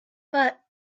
but